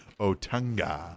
Otunga